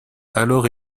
alors